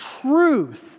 truth